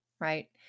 Right